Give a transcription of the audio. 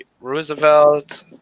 roosevelt